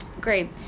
Great